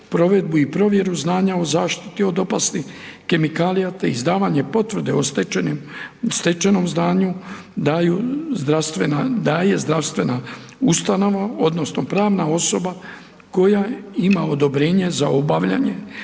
provedbu i provjeru znanja o zaštiti od opasnih kemikalija, te izdavanje potvrde o stečenim, stečenom znanju daju zdravstvena, daje zdravstvena ustanova odnosno pravna osoba koja ima odobrenje za obavljanje